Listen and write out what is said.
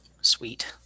Sweet